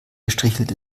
gestrichelt